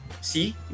See